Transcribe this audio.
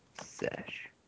Sesh